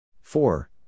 Four